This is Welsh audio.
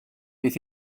bydd